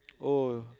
oh